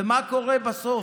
ומה קורה בסוף?